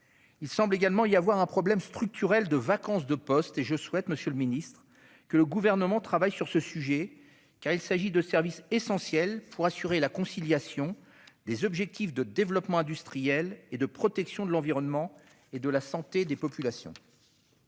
Il semble également y avoir un problème structurel de vacances de postes. Je souhaite, monsieur le ministre, que le Gouvernement travaille sur ce sujet, car il s'agit de services essentiels pour assurer la conciliation des objectifs de développement industriel et de protection de l'environnement et de la santé des populations.